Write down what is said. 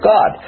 God